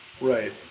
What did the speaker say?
Right